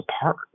apart